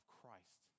Christ